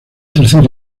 tercer